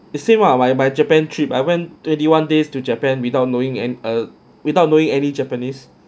the same lah my my japan trip I went twenty one days to japan without knowing and a without knowing any japanese